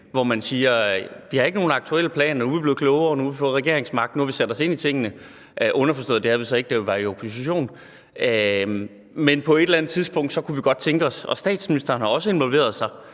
og siger: Vi har ikke nogen aktuelle planer, nu er vi blevet klogere, nu har vi fået regeringsmagten, og nu har vi sat os ind i tingenene – underforstået, at det havde vi så ikke, da vi var i opposition – men på et eller andet tidspunkt kunne vi godt tænke os det. Statsministeren har også involveret sig,